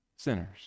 Sinners